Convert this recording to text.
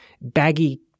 baggy